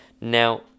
Now